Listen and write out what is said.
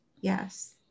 Yes